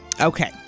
Okay